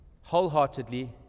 wholeheartedly